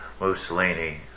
Mussolini